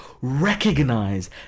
recognize